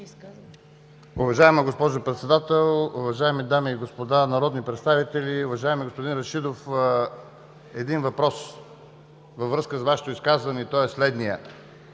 Уважаема госпожо Председател, уважаеми дами и господа народни представители! Уважаеми господин Рашидов, един въпрос във връзка с Вашето изказване: заставате ли